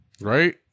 Right